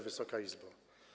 Wysoka Izbo!